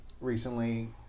recently